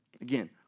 Again